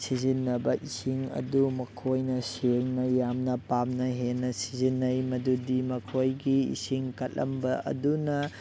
ꯁꯤꯖꯤꯟꯅꯕ ꯏꯁꯤꯡ ꯑꯗꯨ ꯃꯈꯣꯏꯅ ꯁꯦꯡꯅ ꯌꯥꯝꯅ ꯄꯥꯝꯅ ꯍꯦꯟꯅ ꯁꯤꯖꯤꯟꯅꯩ ꯃꯗꯨꯗꯤ ꯃꯈꯣꯏꯒꯤ ꯏꯁꯤꯡ ꯀꯠꯂꯝꯕ ꯑꯗꯨꯅ